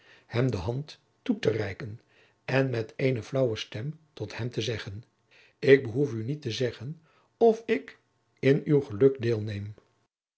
hem de hand toe te reiken en met eene flaauwe stem tot hem te zeggen ik behoef u niet te zeggen of ik in uw geluk